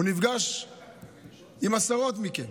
הוא נפגש עם עשרות מכם,